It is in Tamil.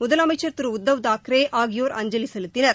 முதலமைச்சர் திரு உத்தவ் தாக்ரே ஆகியோர் அஞ்சலி செலுத்தினர்